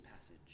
passage